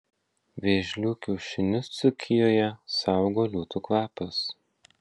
vėžlių kiaušinius dzūkijoje saugo liūtų kvapas